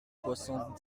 soixante